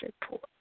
report